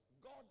God